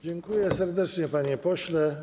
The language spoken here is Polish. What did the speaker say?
Dziękuję serdecznie, panie pośle.